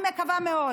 אני מקווה מאוד